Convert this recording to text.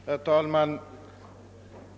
Herr talman!